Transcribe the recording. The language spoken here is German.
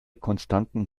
konstanten